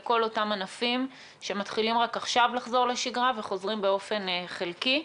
לכל אותם ענפים שמתחילים רק עכשיו לחזור לשגרה וחוזרים באופן חלקי.